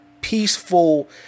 peaceful